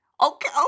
Okay